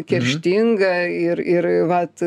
kerštinga ir ir vat